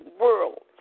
world